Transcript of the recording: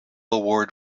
award